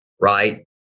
right